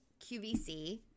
QVC